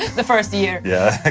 the first year yeah,